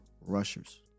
rushers